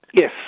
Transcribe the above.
Yes